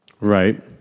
Right